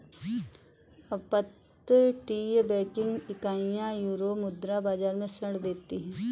अपतटीय बैंकिंग इकाइयां यूरोमुद्रा बाजार में ऋण देती हैं